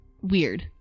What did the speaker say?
weird